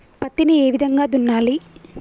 పత్తిని ఏ విధంగా దున్నాలి?